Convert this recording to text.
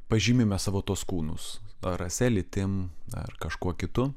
pažymime savo tuos kūnus rase lytim dar kažkuo kitu